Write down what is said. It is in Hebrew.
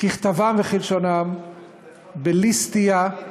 ככתבן וכלשונן, בלי סטייה,